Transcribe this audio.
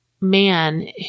man